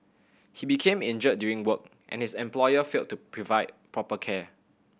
he became injured during work and his employer failed to provide proper care